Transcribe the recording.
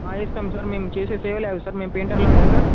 ఇస్తం sir మేము చేసే సేవలే అవి సార్ మేము పెయింటర్లమే సార్